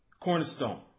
cornerstone